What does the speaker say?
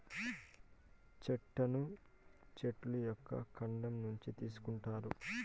చెక్కను చెట్ల యొక్క కాండం నుంచి తీసుకొంటారు